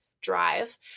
drive